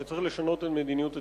היא שצריך לשנות את מדיניות התכנון.